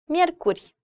Miercuri